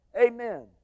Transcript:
amen